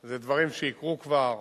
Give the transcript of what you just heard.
אלה דברים שיקרו כבר